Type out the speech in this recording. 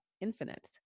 infinite